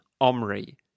Omri